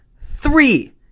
three